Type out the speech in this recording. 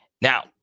Now